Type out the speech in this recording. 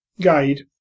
guide